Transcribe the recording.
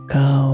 go